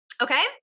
Okay